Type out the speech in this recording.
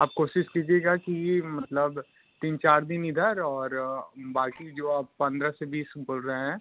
आप कोशिश कीजिएगा कि मतलब तीन चार दिन इधर और बाक़ी जो आप पंद्रह से बीस बोल रहे हैं